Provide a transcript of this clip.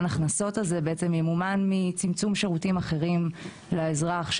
ההכנסות הזה בעצם ימומן מצמצום שירותים אחרים לאזרח,